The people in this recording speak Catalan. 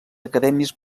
acadèmies